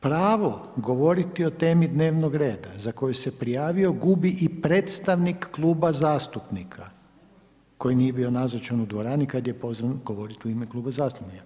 Pravo govoriti o temi dnevnog reda za koju se prijavio gubi i predstavnik kluba zastupnika koji nije bio nazočan i dvorani kada je pozvan govoriti u ime kluba zastupnika.